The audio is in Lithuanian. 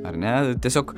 ar ne tiesiog